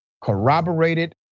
corroborated